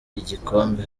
igikombe